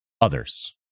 others